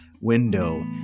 window